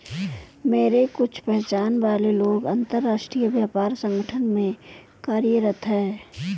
मेरे कुछ पहचान वाले लोग अंतर्राष्ट्रीय व्यापार संगठन में कार्यरत है